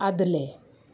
आदलें